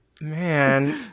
Man